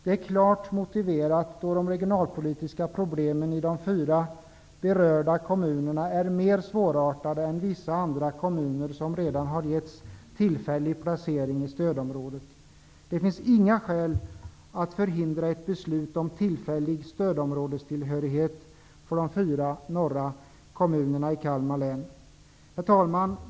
Det är klart motiverat, då de regionalpolitiska problemen i de fyra berörda kommunerna är mer svårartade än i vissa andra kommuner, som redan har getts tillfällig placering i stödområdet. Det finns inte några skäl till att förhindra ett beslut om tillfällig stödområdestillhörighet för de fyra norra kommunerna i Kalmar län. Herr talman!